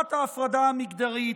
הכשרת ההפרדה המגדרית,